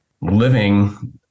living